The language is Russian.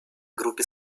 группе